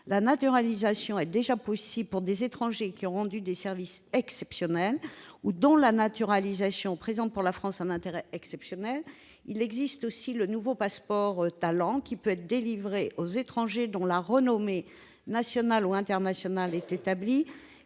la naturalisation est possible pour les étrangers qui ont « rendu des services exceptionnels à la France ou dont la naturalisation présente pour la France un intérêt exceptionnel »; le nouveau « passeport talent » peut être délivré aux étrangers dont la « renommée nationale ou internationale est établie